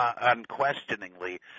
unquestioningly